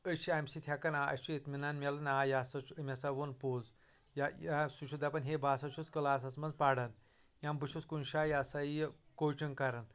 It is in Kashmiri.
أسۍ چھِ امہِ سۭتۍ ہٮ۪کان آ اسہِ چھُ اطمنان مِلان آ یہِ ہسا چھُ أمۍ ہسا وون پوٚز یا سُہ چھُ دپان ہے بہٕ ہسا چھُس کلاسس منٛز پران یا بہٕ چھُس کُنہِ جایہِ یہِ ہسا یہِ کوچنٛگ کران